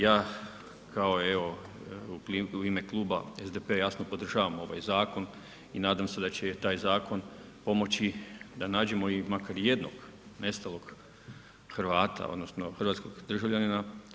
Ja kao evo u ime kluba SDP-a jasno podržavam ovaj zakon i nadam se da će taj zakon pomoći da nađemo i makar i jednog nestalog Hrvata, odnosno hrvatskog državljanina.